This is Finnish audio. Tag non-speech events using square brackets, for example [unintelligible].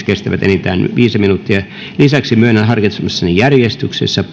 [unintelligible] kestävät enintään viisi minuuttia lisäksi myönnän harkitsemassani järjestyksessä [unintelligible]